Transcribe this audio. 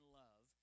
love